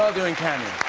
doing cameos.